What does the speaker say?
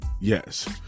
Yes